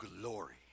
glory